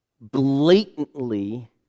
blatantly